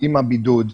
עם הבידוד,